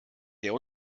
der